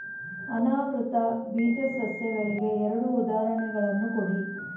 ಅನಾವೃತ ಬೀಜ ಸಸ್ಯಗಳಿಗೆ ಎರಡು ಉದಾಹರಣೆಗಳನ್ನು ಕೊಡಿ